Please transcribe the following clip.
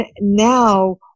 now